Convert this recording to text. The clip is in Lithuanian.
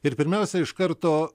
ir pirmiausia iš karto